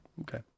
Okay